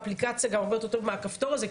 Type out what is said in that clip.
האפליקציה גם הרבה יותר טובה מהכפתור הזה,